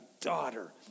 daughter